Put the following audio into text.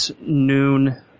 noon